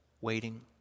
waiting